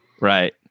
Right